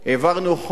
העברנו חוק